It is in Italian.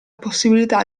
possibilità